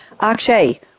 Akshay